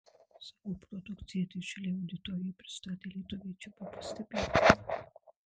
savo produkciją didžiulei auditorijai pristatę lietuviai čia buvo pastebėti